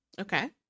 Okay